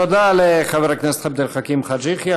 תודה לחבר הכנסת עבד אל חכים חאג' יחיא.